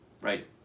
right